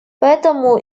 поэтому